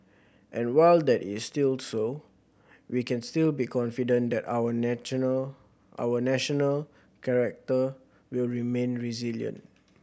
and while that is still so we can still be confident that our our national character will remain resilient